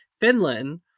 Finland